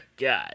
God